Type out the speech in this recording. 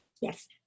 yes